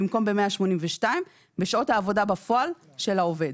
במקום ב-182 בשעות העבודה בפועל של העובד.